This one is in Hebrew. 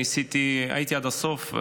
הייתי עד הסוף,